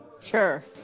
Sure